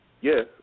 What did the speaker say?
Yes